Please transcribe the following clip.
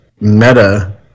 meta